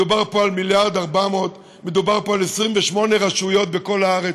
מדובר פה על 28 רשויות בכל הארץ,